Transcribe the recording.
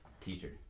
Teacher